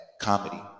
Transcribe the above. comedy